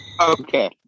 Okay